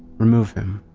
remove him.